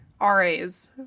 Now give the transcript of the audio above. RAs